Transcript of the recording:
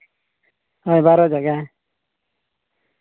ᱦᱳᱭ ᱵᱟᱨᱚ ᱡᱟᱭᱜᱟ